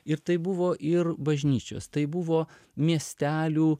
ir tai buvo ir bažnyčios tai buvo miestelių